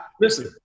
listen